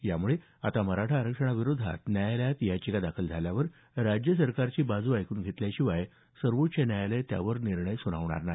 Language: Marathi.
यामुळे आता मराठा आरक्षणाविरोधात न्यायालयात याचिका दाखल झाल्यास राज्य सरकारची बाजू ऐकून घेतल्याशिवाय सर्वोच्च न्यायालय त्यावर निर्णय सुनावणार नाही